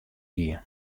gie